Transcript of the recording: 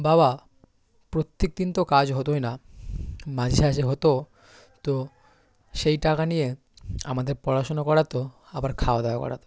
বাবা প্রত্যেক দিন তো কাজ হতোই না মাঝে সাজে হতো তো সেই টাকা নিয়ে আমাদের পড়াশুনো করাতো আবার খাওয়া দাওয়া করাতো